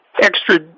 extra